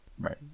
Right